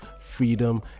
freedom